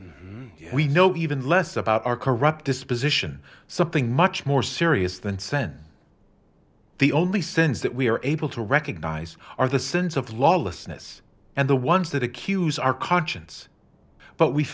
we know even less about our corrupt disposition something much more serious than sense the only sense that we are able to recognize are the sins of lawlessness and the ones that accuse our conscience but we